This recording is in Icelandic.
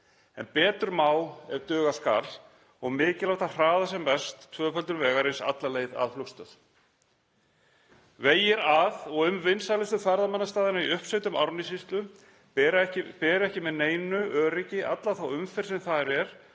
en betur má ef duga skal og mikilvægt að hraða sem mest tvöföldun vegarins alla leið að flugstöð. Vegir að og um vinsælustu ferðamannastaðina í uppsveitum Árnessýslu bera ekki með neinu öryggi alla þá umferð sem þar er